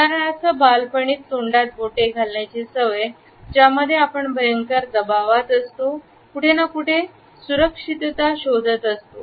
उदाहरणार्थ बालपणातील तोंडात बोटे घालण्याची सवय ज्यामध्ये आपण भयंकर दबावात असतो आणि कुठे न कुठे सुरक्षितता शोधत असतो